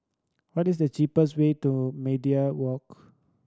what is the cheapest way to Media Walk